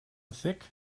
thick